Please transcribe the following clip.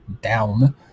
down